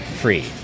free